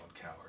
Coward